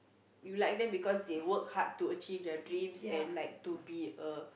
you like them because they work hard to achieve their dreams and like to be a